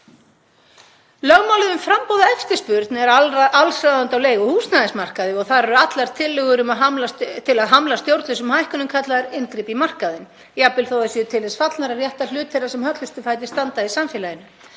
Lögmálið um framboð og eftirspurn er allsráðandi á leigu- og húsnæðismarkaði og þar eru allar tillögur til að hamla stjórnlausum hækkunum kallaðar inngrip í markaðinn, jafnvel þó að þær séu til þess fallnar að rétta hlut þeirra sem höllustum fæti standa í samfélaginu.